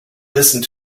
listened